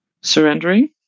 Surrendering